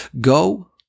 go